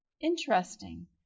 Interesting